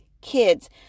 kids